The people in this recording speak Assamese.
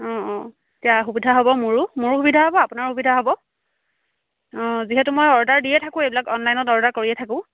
অঁ অঁ তেতিয়া সুবিধা হ'ব মোৰো মোৰো সুবিধা হ'ব আপোনাৰো সুবিধা হ'ব অঁ যিহেতু মই অৰ্ডাৰ দিয়ে থাকোঁ এইবিলাক অনলাইনত অৰ্ডাৰ কৰিয়ে থাকোঁ